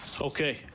Okay